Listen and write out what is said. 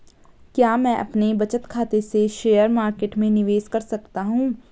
क्या मैं अपने बचत खाते से शेयर मार्केट में निवेश कर सकता हूँ?